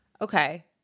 okay